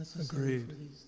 Agreed